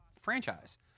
franchise